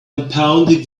impounding